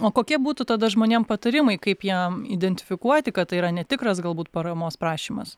o kokie būtų tada žmonėm patarimai kaip jiem identifikuoti kad tai yra netikras galbūt paramos prašymas